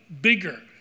bigger